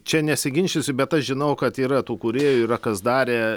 čia nesiginčysiu bet aš žinau kad yra tų kurėjų yra kas darė